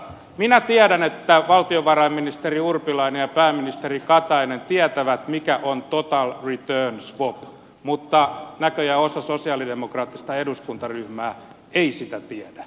minä tiedän että valtiovarainministeri urpilainen ja pääministeri katainen tietävät mikä on total return swap mutta näköjään osa sosialidemokraattista eduskuntaryhmää ei sitä tiedä